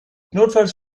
notfalls